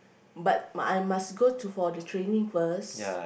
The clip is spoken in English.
but I must go to for the training first